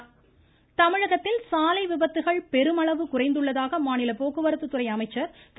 விஜயபாஸ்கர் தமிழகத்தில் சாலை விபத்துகள் பெருமளவு குறைந்துள்ளதாக மாநில போக்குவரத்துத்துறை அமைச்சர் திரு